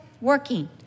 working